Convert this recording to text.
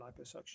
liposuction